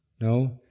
No